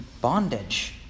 Bondage